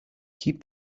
keep